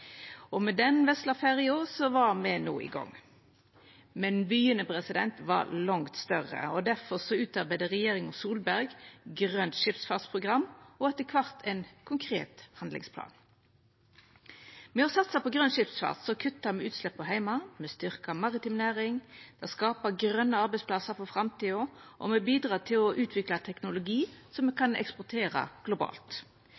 skipsfartsnasjon. Med den vesle ferja var me no i gang. Men vyane var langt større, og difor utarbeidde regjeringa Solberg Grønt Skipsfartsprogram og etter kvart ein konkret handlingsplan. Ved å satsa på grøn skipsfart kuttar me utsleppa heime, me styrkjer maritim næring, me skapar grøne arbeidsplassar for framtida, og me bidreg til å utvikla teknologi som me